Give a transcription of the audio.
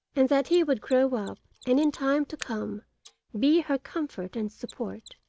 and that he would grow up and in time to come be her comfort and support.